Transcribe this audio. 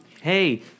hey